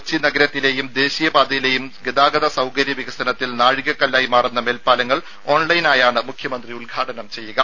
കൊച്ചി നഗരത്തിലേയും ദേശീയ പാതയിലേയും ഗതാഗത സൌകര്യ വികസനത്തിൽ നാഴികക്കല്ലായി മാറുന്ന മേൽപ്പാലങ്ങൾ ഓൺലൈനായാണ് മുഖ്യമന്ത്രി ഉദ്ഘാടനം ചെയ്യുക